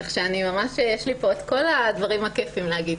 כך שממש יש לי פה את כל הדברים הכיפיים להגיד.